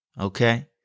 Okay